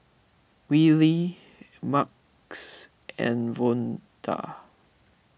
Wylie Marquez and Vonda